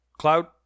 cloud